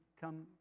come